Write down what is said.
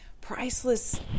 priceless